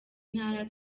ntara